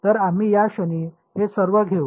तर आम्ही या क्षणी हे सर्व घेऊ